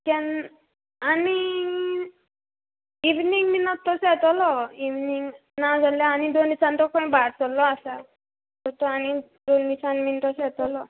केन्न आनी इवनींग बीन तेसो येतोलो इवनींग नाजाल्यार तो आनी दोन दिसांनी तो खूंय भायर सोल्लो आसा तो आनीक दोन दिसांनी बीन तोसो येतोलो